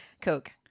Coke